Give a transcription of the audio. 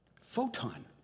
Photon